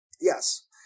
Yes